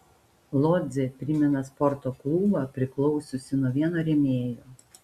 lodzė primena sporto klubą priklausiusį nuo vieno rėmėjo